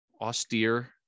austere